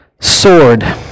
Sword